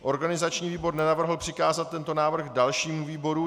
Organizační výbor nenavrhl přikázat tento návrh dalšímu výboru.